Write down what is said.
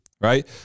right